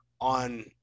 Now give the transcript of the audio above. on